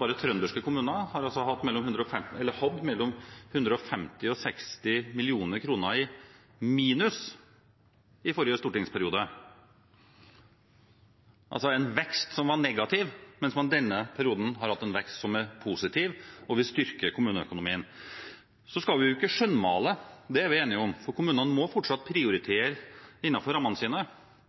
Bare trønderske kommuner hadde mellom 150 mill. kr og 160 mill. kr i minus i forrige stortingsperiode, altså en vekst som var negativ, mens man i denne perioden har hatt en vekst som er positiv. Og vi styrker kommuneøkonomien. Så skal vi ikke skjønnmale – det er vi enige om – for kommunene må fortsatt prioritere innenfor rammene sine,